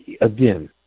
again